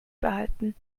behalten